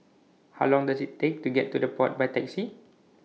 How Long Does IT Take to get to The Pod By Taxi